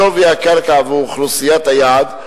שווי הקרקע ואוכלוסיית היעד,